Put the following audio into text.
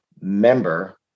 member